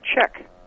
check